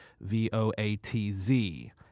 V-O-A-T-Z